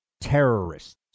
terrorists